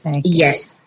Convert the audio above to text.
Yes